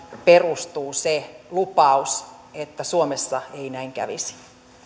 perustuu se lupaus että suomessa ei näin kävisi